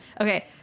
Okay